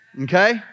Okay